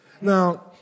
Now